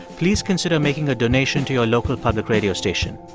please consider making a donation to your local public radio station.